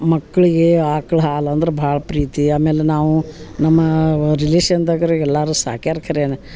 ಮಕ್ಕಳಿಗೆ ಆಕ್ಳ ಹಾಲಂದ್ರ ಭಾಳ್ ಪ್ರೀತಿ ಆಮೇಲೆ ನಾವು ನಮ್ಮ ರಿಲೇಷನ್ದಗ್ರ ಎಲ್ಲಾರು ಸಾಕ್ಯರ ಕರೆನ